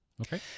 Okay